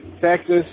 Texas